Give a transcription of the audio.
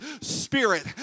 Spirit